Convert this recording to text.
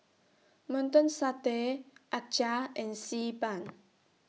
Mutton Satay Acar and Xi Ban